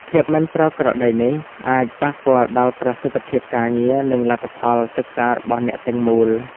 ភាពមិនប្រក្រតីនេះអាចប៉ះពាល់ដល់ប្រសិទ្ធភាពការងារ និងលទ្ធផលសិក្សារបស់អ្នកទាំងមូល។